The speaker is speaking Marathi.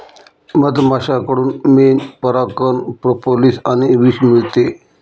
मधमाश्यांकडून मेण, परागकण, प्रोपोलिस आणि विष मिळते